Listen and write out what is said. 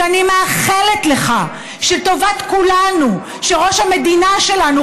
אני מאחלת לך שטובת כולנו שראש המדינה שלנו,